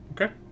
Okay